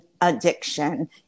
addiction